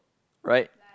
right